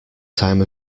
time